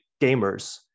gamers